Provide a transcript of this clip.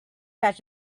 batch